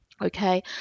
Okay